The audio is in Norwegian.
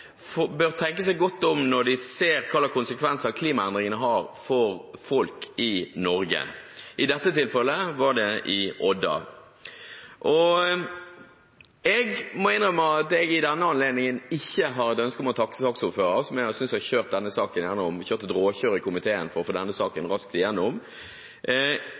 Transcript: bør tenke seg godt om når de ser hva slags konsekvenser klimaendringene har for folk i Norge. I dette tilfellet var det i Odda. Jeg må innrømme at jeg ved denne anledning ikke har et ønske om å takke saksordføreren, som jeg synes har drevet et råkjør i komiteen for å få denne saken raskt